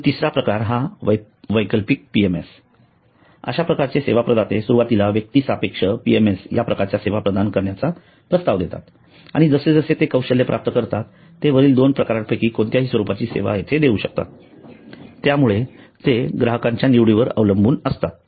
आणि तिसरा प्रकार हा वैकल्पिक पीएमएस अश्या प्रकारचे सेवा प्रदाते सुरुवातीला व्यक्तिसापेक्ष पीएमएस या प्रकारच्या सेवा प्रदान करण्याचा प्रस्ताव देतात आणि जसजसे ते कौशल्य प्राप्त करतात ते वरील 2 प्रकारांपैकी कोणत्याही स्वरूपाची सेवा येथे देऊ शकतात त्यामुळे ते ग्राहकांच्या निवडींवर अवलंबून असतात